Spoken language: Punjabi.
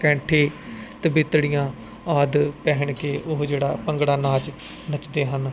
ਕੈਂਠੇ ਤਬੀਤੜੀਆਂ ਆਦਿ ਪਹਿਣ ਕੇ ਉਹ ਜਿਹੜਾ ਭੰਗੜਾ ਨਾਚ ਨੱਚਦੇ ਹਨ